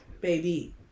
Baby